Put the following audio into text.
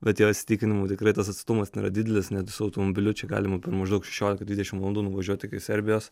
bet jo įsitikinimu tikrai tas atstumas nėra didelis net su automobiliu čia galima per maždaug šešiolika dvidešimt valandų nuvažiuot iki serbijos